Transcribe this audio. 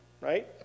right